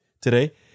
today